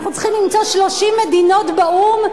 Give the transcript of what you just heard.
אנחנו צריכים למצוא 30 מדינות באו"ם,